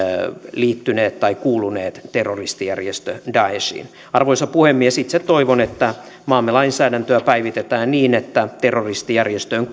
liittyneet tai kuuluneet terroristijärjestö daeshiin arvoisa puhemies itse toivon että maamme lainsäädäntöä päivitetään niin että terroristijärjestöön